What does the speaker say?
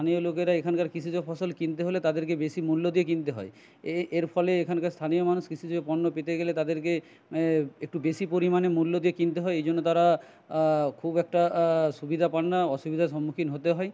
স্থানীয় লোকেরা এখানকার কৃষিজ ফসল কিনতে হলে তাদেরকে বেশি মূল্য দিয়ে কিনতে হয় এ এর ফলে এখানকার স্থানীয় মানুষ কৃষিজপণ্য পেতে গেলে তাদেরকে এ একটু বেশি পরিমাণে মূল্য দিয়ে কিনতে হয় এই জন্য তারা খুব একটা সুবিধা পান না অসুবিধার সম্মুখীন হতে হয়